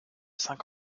cinq